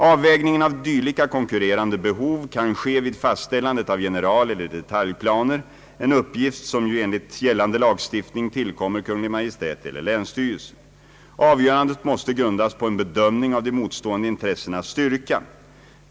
Avvägningen av dylika konkurrerande behov kan ske vid fastställandet av generaleller detaljplaner, en uppgift som ju enligt gällande lagstiftning tillkommer Kungl. Maj:t eller länsstyrelse. Avgörandet måste grundas på en bedömning av de motstående intressenas styrka.